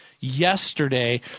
yesterday